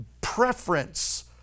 preference